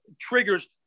triggers